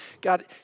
God